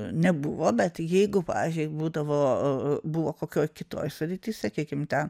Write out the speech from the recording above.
nebuvo bet jeigu pavyzdžiui būdavo buvo kokioj kitoj šaly tai sakykim ten